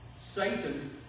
Satan